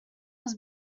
was